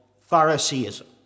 Phariseeism